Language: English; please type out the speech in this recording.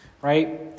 Right